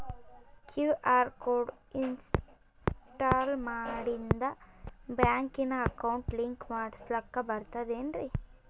QR code install ಮಾಡಿಂದ ಬ್ಯಾಂಕಿನ account link ಮಾಡಸ್ಲಾಕ ಬರ್ತದೇನ್ರಿ